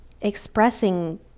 expressing